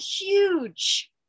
huge